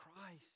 Christ